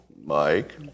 Mike